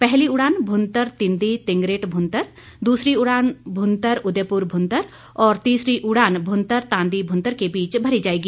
पहली उड़ान भुंतर तिंदी तिंगरिट भुंतर दूसरी उड़ान भुंतर उदयपुर भुंतर और तीसरी उड़ान भूंतर तांदी भूंतर के बीच भरी जाएगी